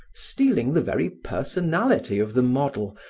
stealing the very personality of the model,